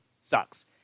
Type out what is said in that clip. Sucks